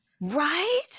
right